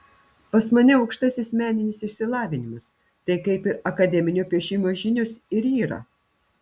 pas mane aukštasis meninis išsilavinimas tai kaip ir akademinio piešimo žinios ir yra